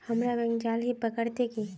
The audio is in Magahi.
हमरा बैंक जाल ही पड़ते की?